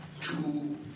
two